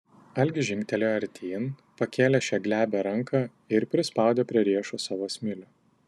algis žingtelėjo artyn pakėlė šią glebią ranką ir prispaudė prie riešo savo smilių